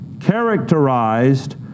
characterized